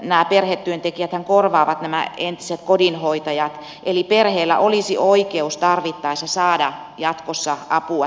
nämä perhetyöntekijäthän korvaavat nämä entiset kodinhoitajat eli perheillä olisi oikeus tarvittaessa saada jatkossa apua sinne kotiin